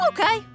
Okay